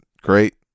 great